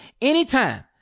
anytime